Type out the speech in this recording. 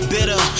Bitter